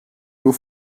nur